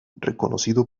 reconocido